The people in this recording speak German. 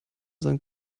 sein